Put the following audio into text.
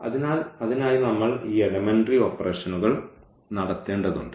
അതിനാൽ അതിനായി നമ്മൾ ഈ എലെമെന്ററി ഓപ്പറേഷനുകൾ നടത്തേണ്ടതുണ്ട്